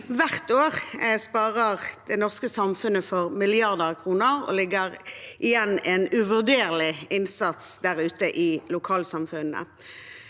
hvert år sparer det norske samfunnet for milliarder av kroner og legger igjen en uvurderlig innsats der ute i lokalsamfunnene.